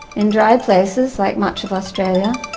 in dry places, like much of australia,